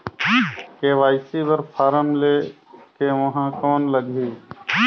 KYC बर form ले के ऊहां कौन लगही?